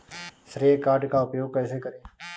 श्रेय कार्ड का उपयोग कैसे करें?